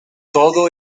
todo